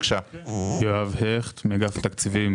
אגף התקציבים.